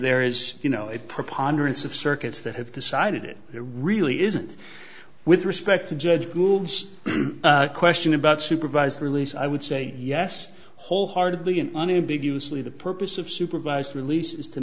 there is you know it preponderance of circuits that have decided it really isn't with respect to judge gould's question about supervised release i would say yes wholeheartedly and unambiguous lee the purpose of supervised release is to